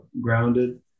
grounded